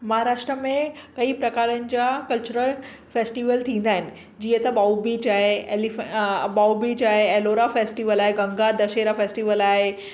महाराष्ट्रा में कईं प्रकारनि जा कल्चरल फेस्टिवल थींदा आहिनि जीअं त बाहुबीज आहे एलीफं बाहुबीज आहे एलॉरा फेस्टिवल आहे गंगा दशहिरा फेस्टिवल आहे